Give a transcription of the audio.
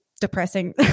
depressing